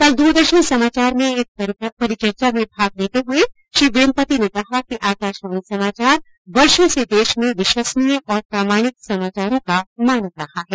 कल दूरदर्शन समाचार में एक परिचर्चा में भाग लेते हुए श्री वेम्पटि ने कहा कि आकाशवाणी समाचार वर्षो से देश में विश्वसनीय और प्रमाणिक समाचारों का मानक रहा है